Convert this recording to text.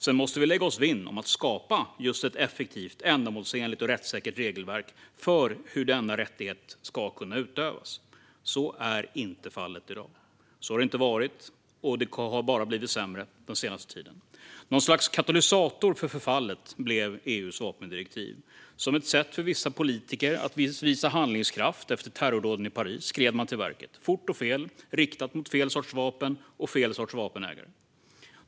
Sedan måste vi lägga oss vinn om att skapa ett effektivt, ändamålsenligt och rättssäkert regelverk för hur denna rättighet ska kunna utövas. Så är inte fallet i dag. Så har det inte varit, och det har bara blivit sämre den senaste tiden. Något slags katalysator för förfallet blev EU:s vapendirektiv. Som ett sätt för vissa politiker att visa handlingskraft efter terrordåden i Paris skred man till verket - fort och fel, riktat mot fel sorts vapen och fel sorts vapenägare.